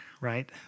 right